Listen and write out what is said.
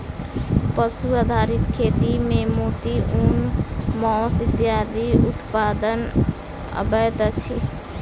पशु आधारित खेती मे मोती, ऊन, मौस इत्यादिक उत्पादन अबैत अछि